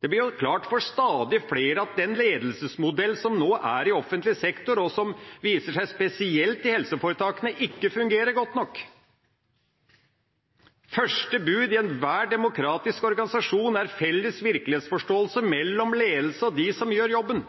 Det blir klart for stadig flere at den ledelsesmodellen som nå er i offentlig sektor, og som viser seg spesielt i helseforetakene, ikke fungerer godt nok. Første bud i enhver demokratisk organisasjon er felles virkelighetsforståelse mellom ledelse og de som gjør jobben.